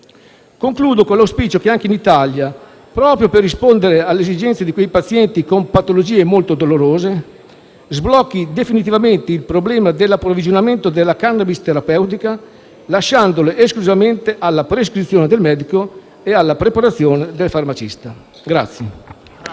Concludo con l'auspicio che anche l'Italia, proprio per rispondere alle esigenze di quei pazienti con patologie molto dolorose, sblocchi definitivamente il problema dell'approvvigionamento della *cannabis* terapeutica, lasciandola esclusivamente alla prescrizione del medico e alla preparazione del farmacista.